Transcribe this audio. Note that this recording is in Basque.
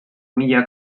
mila